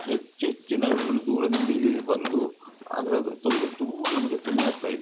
ಹೆಚ್ಚೆಚ್ಚು ನವಿಲುಗಳು ದೂರದಿಂದ ಇಲ್ಲಿಗೆ ಬಂದು ಅದರದ್ದು ತೊಂದರೆ ತುಂಬ ನಮಗೆ ತೊಂದರೆಯಾಗ್ತಾಯಿದೆ